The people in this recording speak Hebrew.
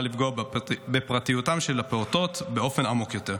לפגוע בפרטיותם של הפעוטות באופן עמוק יותר.